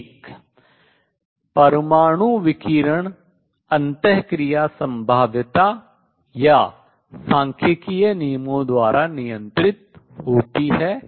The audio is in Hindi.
एक परमाणु विकिरण अन्तःक्रिया संभाव्यता या सांख्यिकीय नियमों द्वारा नियंत्रित होती है